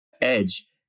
edge